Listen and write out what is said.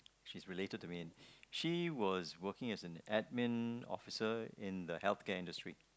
she's related to me and she was working as an admin officer in the healthcare industry